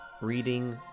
reading